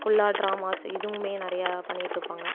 ஃபுல்லாக ட்ராமாஸ் இதுவுமே நிறையா பண்ணிட்டுருப்பாங்க